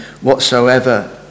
whatsoever